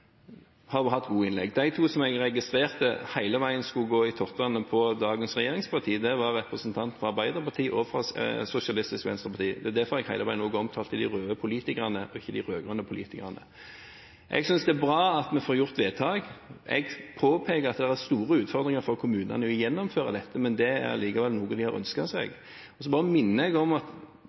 har hatt gode innlegg. De to som jeg registrerte at hele tiden skulle gå i tottene på dagens regjeringsparti, var representantene fra Arbeiderpartiet og Sosialistisk Venstreparti. Det er også derfor jeg hele tiden omtalte «de røde politikerne», ikke «de rød-grønne politikerne». Jeg synes det er bra at vi får gjort vedtak. Jeg påpeker at det er store utfordringer for kommunene når det kommer til å gjennomføre dette, men det er likevel noe de har ønsket seg. Jeg vil også bare minne om at